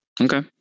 Okay